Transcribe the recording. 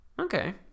Okay